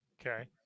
Okay